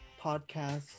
podcast